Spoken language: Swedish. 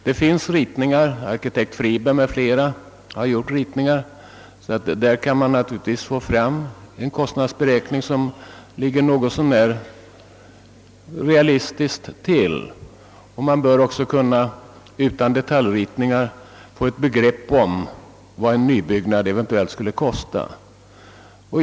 Det finns ritningar — bl.a. arkitekt Friberg m.fl. har gjort sådana — på vilka man kan basera en kostnadsberäkning som är något så när realistisk. Man bör också utan detaljritningar kunna få ett begrepp om vad en nybyggnad skulle kosta.